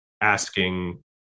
asking